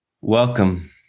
Welcome